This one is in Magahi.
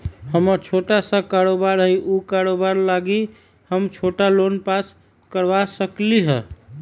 हमर छोटा सा कारोबार है उ कारोबार लागी हम छोटा लोन पास करवा सकली ह?